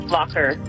Locker